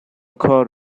کار